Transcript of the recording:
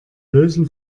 lösen